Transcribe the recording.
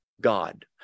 God